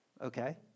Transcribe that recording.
okay